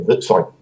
sorry